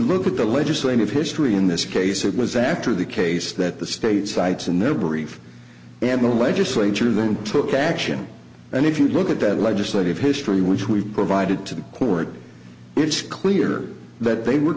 look at the legislative history in this case it was after the case that the state cites in their brief and the legislature then took action and if you look at that legislative history which we've provided to the court it's clear that they were